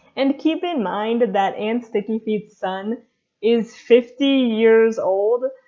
and keep in mind that aunt sticky feet's son is fifty years old.